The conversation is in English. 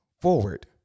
forward